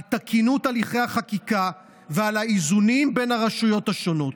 על תקינות הליכי החקיקה ועל האיזונים בין הרשויות השונות.